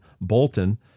Bolton